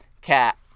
Cat